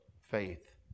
faith